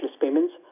payments